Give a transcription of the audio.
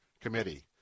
committee